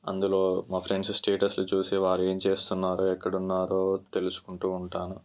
అందులో మా ఫ్రెండ్స్ స్టేటస్లు చూసి వారు ఏం చేస్తున్నారో ఎక్కడున్నారో తెలుసుకుంటూ ఉంటాను